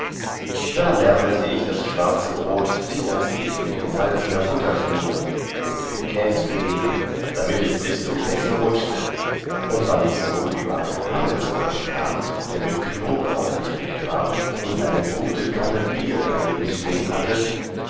da lernete ich das schwarze brod fingersdick mit gesalzener butter schmieren und mit käs belegen damit es desto besser rutschte und wann ich so über einen hammelskolben kam der mit knoblauch gespickt war und eine gute kanne bier darneben stehen hatte